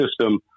system